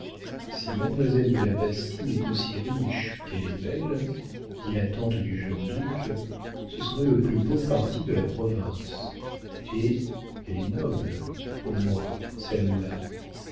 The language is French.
si mademoiselle de la bastie est aussi riche qu'elle est belle dit la tante du jeune duc ce serait le plus beau parti de la province et elle est noble au moins celle-là